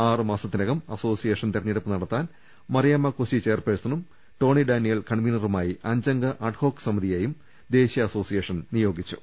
ആറു മാസത്തിനകം association തെരഞ്ഞെടുപ്പ് നടത്താൻ മറിയാമ്മ കോശി ചെയർപേ ഴ്സനും ടോണി ഡാനിയേൽ കൺവീനറുമായി അഞ്ചംഗ അഡ്ഹോക്ക് കമ്മറ്റിയെയും ദേശീയ അസോസിയേഷൻ നിയമിച്ചു